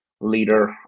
leader